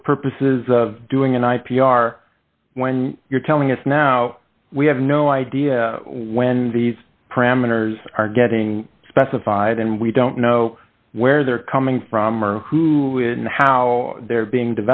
for purposes of doing and i p r when you're telling us now we have no idea when these parameters are getting specified and we don't know where they're coming from or who and how they're being